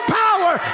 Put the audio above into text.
power